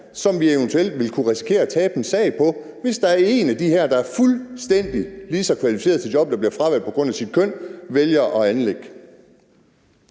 som vi eventuelt ville kunne risikere at tabe en sag på, hvis der er en af dem her, der er fuldstændig lige så kvalificeret til et job, men som bliver fravalgt på grund af sit køn, som vælger at anlægge